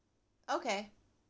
okay